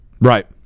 right